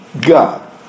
God